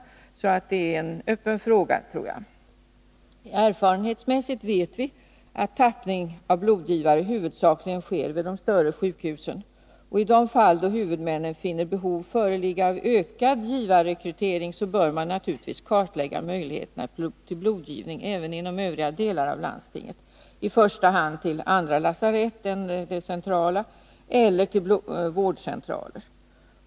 Jag tror därför att det här är en öppen fråga. Erfarenhetsmässigt vet vi att tappning av blodgivare huvudsakligen sker vid de större sjukhusen. I de fall då huvudmännen finner att behov föreligger av ökad givarrekrytering, bör man naturligtvis kartlägga möjligheterna till blodgivning även inom övriga delar av landstinget — det gäller i första hand andra lasarett än det centrala, eller vårdcentraler.